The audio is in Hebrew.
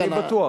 אני בטוח.